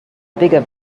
bigger